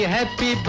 Happy